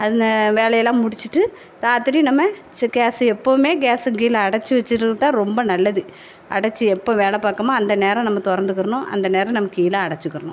அந்த வேலையெல்லாம் முடிச்சிகிட்டு ராத்திரி நம்ம சி கேஸு எப்போவுமே கேஸுக்கு கீழே அடைச்சி வச்சிட்ருந்தா ரொம்ப நல்லது அடைச்சி எப்போது வேலை பார்க்கமோ அந்த நேரம் நம்ம திறந்துக்கிறணும் அந்த நேரம் நம்ம கீழே அடச்சிக்கிடணும்